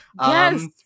yes